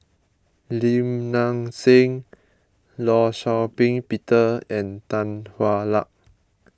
Lim Nang Seng Law Shau Ping Peter and Tan Hwa Luck